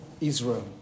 Israel